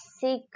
sick